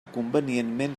convenientment